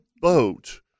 boat